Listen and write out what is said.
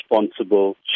responsible